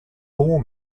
warm